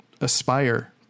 aspire